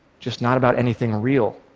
just not about anything real.